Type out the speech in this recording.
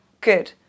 Good